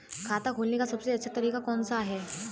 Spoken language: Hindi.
खाता खोलने का सबसे अच्छा तरीका कौन सा है?